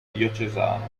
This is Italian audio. diocesano